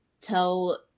tell